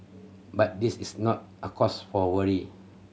but this is not a cause for worry